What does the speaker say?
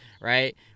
right